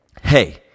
Hey